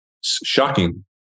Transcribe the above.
Shocking